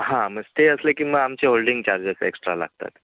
हां मग स्टे असले किंवा आमचे होल्डिंग चार्जेस एक्स्ट्रा लागतात